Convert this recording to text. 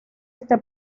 este